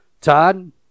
Todd